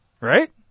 Right